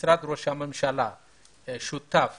משרד ראש הממשלה שותף